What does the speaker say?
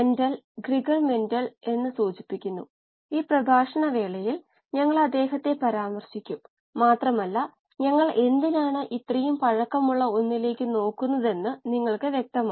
L online certification കോഴ്സിലേക്ക് സ്വാഗതം